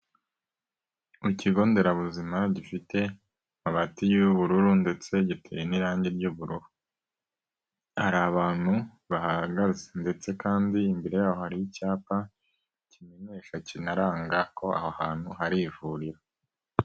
Ikigo nderabuzima gifite hagati y'ubururu ndetse giteye n'irangi ry'ubururu, hari abantu bahagaze ndetse kandi imbere yaho hariho icyapa kimenyesha kinaranga ko aho hantu hari ivuriro.